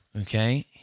okay